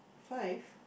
five